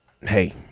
hey